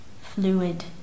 fluid